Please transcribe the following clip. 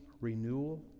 renewal